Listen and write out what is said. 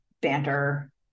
banter